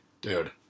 dude